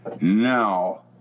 now